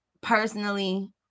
personally